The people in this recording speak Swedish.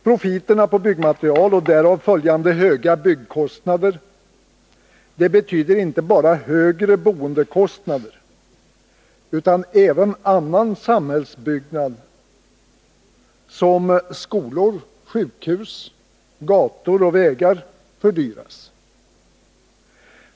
Profiterna på byggmaterial och därav följande höga byggkostnader betyder inte bara högre boendekostnader. Även annan samhällsbyggnad som skolor, sjukhus, gator och vägar fördyras.